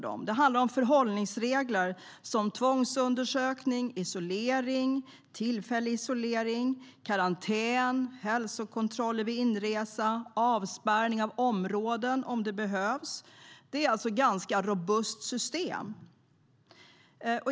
Det handlar om förhållningsregler som tvångsundersökning, isolering, tillfällig isolering, karantän, hälsokontroll vid inresa och avspärrning av områden om det behövs. Det är alltså ett ganska robust system.